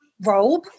robe